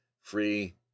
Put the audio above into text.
free